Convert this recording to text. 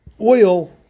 oil